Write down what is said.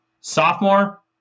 Sophomore